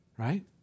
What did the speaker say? Right